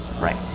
Right